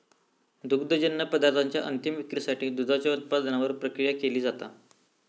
दुग्धजन्य पदार्थांच्या अंतीम विक्रीसाठी दुधाच्या उत्पादनावर प्रक्रिया केली जाता